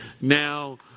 now